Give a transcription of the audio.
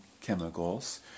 chemicals